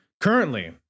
Currently